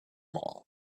all